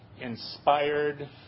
inspired